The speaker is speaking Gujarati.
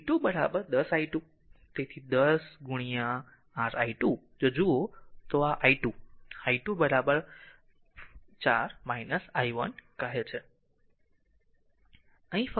અને v 2 10 i2 તેથી 10 r i2 જો જુઓ આ તે i2 i2 4 i 1 કહે છે